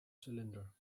cylinder